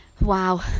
Wow